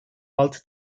altı